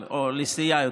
לסיעה,